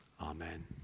Amen